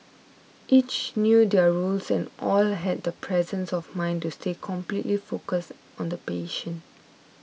each knew their roles and all had the presence of mind to stay completely focused on the patient